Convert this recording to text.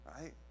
right